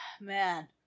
man